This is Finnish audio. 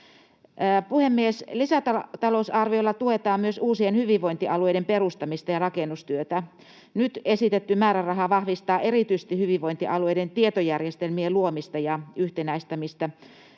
Puhemies! Lisätalousarviolla tuetaan myös uusien hyvinvointialueiden perustamista ja rakennustyötä. Nyt esitetty määräraha vahvistaa erityisesti hyvinvointialueiden tietojärjestelmien luomista ja yhtenäistämistä,